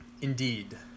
Indeed